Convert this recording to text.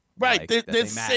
Right